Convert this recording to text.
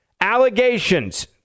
allegations